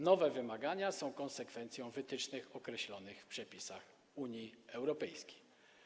Nowe wymagania są konsekwencją wytycznych określonych w przepisach Unii Europejskiej.